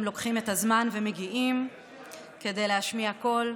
לוקחים את הזמן ומגיעים כדי להשמיע קול,